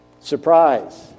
Surprise